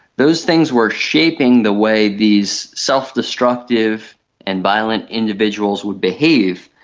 those things were shaping the way these self-destructive and violent individuals would behave.